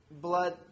blood